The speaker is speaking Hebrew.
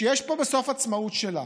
שיש פה בסוף עצמאות שלה,